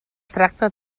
tracta